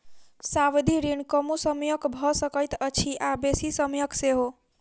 सावधि ऋण कमो समयक भ सकैत अछि आ बेसी समयक सेहो